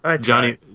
Johnny